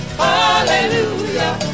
hallelujah